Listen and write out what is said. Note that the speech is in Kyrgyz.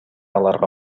аларга